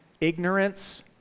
ignorance